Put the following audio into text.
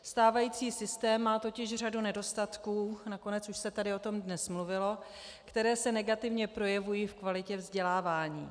Stávající systém má totiž řadu nedostatků, nakonec už se tady o tom dnes mluvilo, které se negativně projevují v kvalitě vzdělávání.